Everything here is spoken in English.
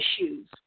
issues